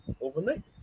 overnight